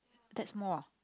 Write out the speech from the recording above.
that small uh